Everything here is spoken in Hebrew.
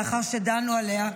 לאחר שדנו עליה,